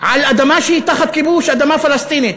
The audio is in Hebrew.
על אדמה שהיא תחת כיבוש, אדמה פלסטינית.